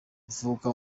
mvuka